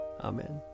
Amen